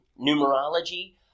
numerology